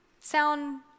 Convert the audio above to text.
sound